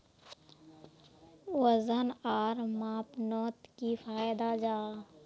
वजन आर मापनोत की फायदा जाहा?